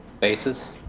Basis